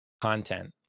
content